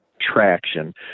traction